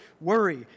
worry